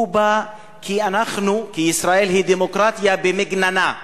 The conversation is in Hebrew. הם באים כי ישראל היא דמוקרטיה במגננה.